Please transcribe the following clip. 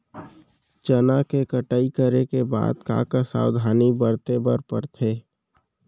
चना के कटाई करे के बाद का का सावधानी बरते बर परथे?